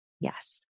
Yes